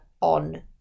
on